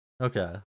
Okay